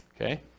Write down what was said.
Okay